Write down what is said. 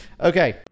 okay